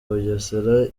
bugesera